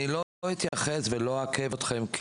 אני לא אתייחס ולא אעכב אותכם,